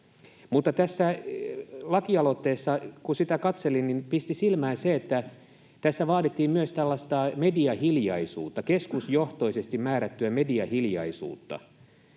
Mutta tässä lakialoitteessa, kun sitä katselin, pisti silmään se, että tässä vaadittiin myös tällaista mediahiljaisuutta, keskusjohtoisesti määrättyä mediahiljaisuutta.